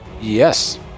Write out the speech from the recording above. Yes